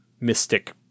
mystic